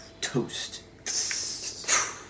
toast